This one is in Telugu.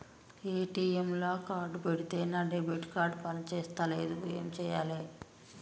ఏ.టి.ఎమ్ లా కార్డ్ పెడితే నా డెబిట్ కార్డ్ పని చేస్తలేదు ఏం చేయాలే?